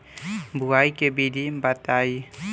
बुआई के विधि बताई?